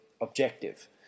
objective